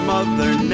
Mother